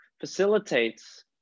facilitates